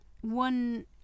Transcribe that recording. one